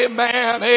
Amen